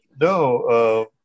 No